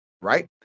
right